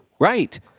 Right